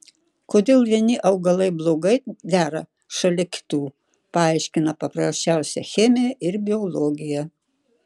kodėl vieni augalai blogai dera šalia kitų paaiškina paprasčiausia chemija ir biologija